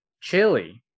chili